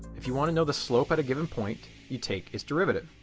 if you want to know the slope at a given point you take its derivative.